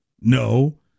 No